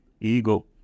ego